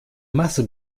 masse